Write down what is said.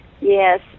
Yes